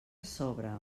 sobre